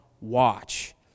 watch